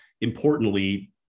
importantly